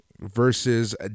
versus